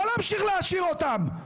לא להמשיך להעשיר אותם.